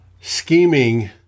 scheming